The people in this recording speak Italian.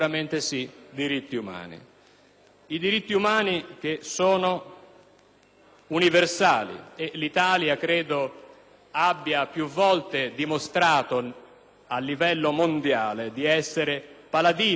I diritti umani sono universali e l'Italia credo abbia più volte dimostrato a livello mondiale di essere paladina del rispetto di tali diritti,